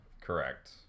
Correct